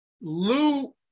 Lou